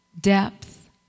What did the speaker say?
depth